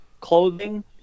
clothing